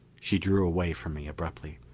she drew away from me abruptly.